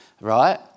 right